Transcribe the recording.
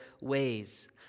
ways